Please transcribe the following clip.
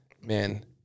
man